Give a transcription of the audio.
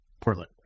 Portland